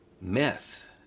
myth